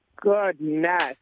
goodness